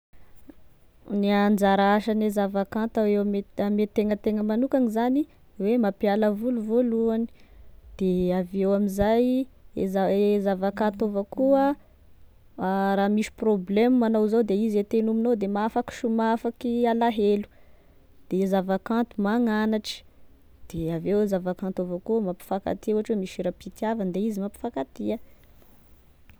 Gne anzara asane zavakanto eo ame ame tenategna magnokany zany e mampiala voly voalohany de avao amzay, e zavakanto avao koa raha misy prôblema agnao de izy e tegnominao de mahafaky so- mahafaky alahelo, de zavakanto magnanatry de aveo zavakanto avao koa mampifankatia ohatry hoe misy hiram-pitiavany de izy mampifankatia.